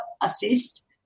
assist